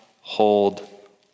hold